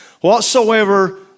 Whatsoever